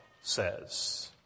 says